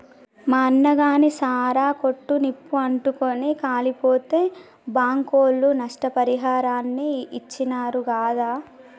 మా అన్నగాని సారా కొట్టు నిప్పు అంటుకుని కాలిపోతే బాంకోళ్లు నష్టపరిహారాన్ని ఇచ్చినారు గాదా